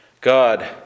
God